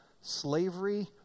Slavery